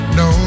no